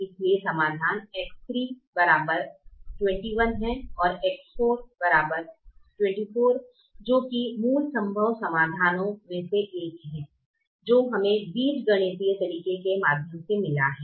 इसलिए समाधान X3 21 है X4 24 जो कि मूल संभव समाधानों में से एक है जो हमें बीजगणितीय तरीके के माध्यम से मिला है